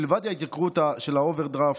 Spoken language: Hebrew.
מלבד ההתייקרות של האוברדרפט,